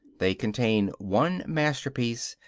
they contain one masterpiece,